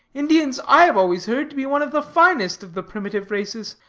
indians i have always heard to be one of the finest of the primitive races,